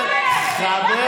מה אתה אומר, חבר